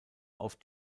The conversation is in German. auf